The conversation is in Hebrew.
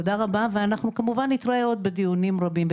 תודה רבה, ואנחנו כמובן נתראה בדיונים רבים בהמשך.